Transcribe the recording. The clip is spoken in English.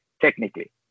technically